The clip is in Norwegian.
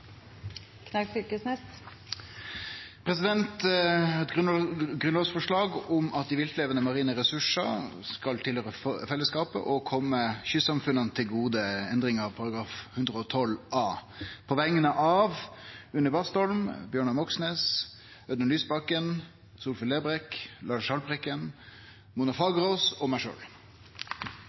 Knag Fylkesnes vil fremsette et grunnlovsforslag. Eg vil på vegner av Une Bastholm, Bjørnar Moxnes, Audun Lysbakken, Solfrid Lerbrekk, Lars Haltbrekken, Mona Fagerås og meg